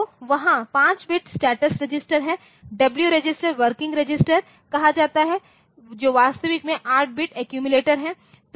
तो वहाँ 5 bit status register हैं और डब्ल्यू रजिस्टरवर्किंग रजिस्टर कहा जाता है जो वास्तविक में 8 बिट अक्युमुलेटर है